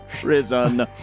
prison